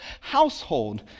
household